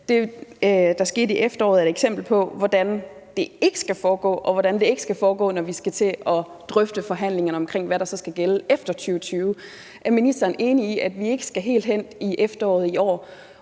det, der skete i efteråret, er et eksempel på, hvordan det ikke skal foregå, og også hvordan det ikke skal foregå, når vi skal til at drøfte det i forhandlingerne om, hvad der så skal gælde efter 2020. Er ministeren enig i, at vi ikke skal hen til efteråret i år,